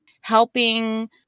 helping